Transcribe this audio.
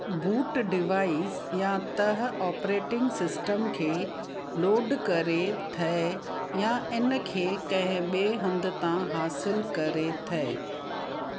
boot device या त operating system खे लोड करे थो या इनखे कंहिं ॿिए हंधि तां हासिलु करे थो